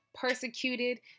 persecuted